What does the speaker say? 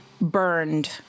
burned